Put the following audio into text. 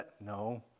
No